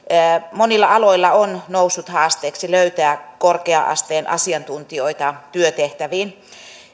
monilla aloilla on noussut haasteeksi löytää korkea asteen asiantuntijoita työtehtäviin